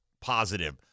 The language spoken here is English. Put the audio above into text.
positive